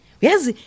Yes